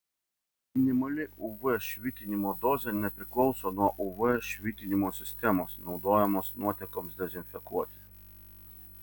minimali uv švitinimo dozė nepriklauso nuo uv švitinimo sistemos naudojamos nuotekoms dezinfekuoti